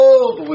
Old